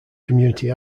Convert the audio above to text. community